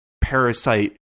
Parasite